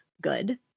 Good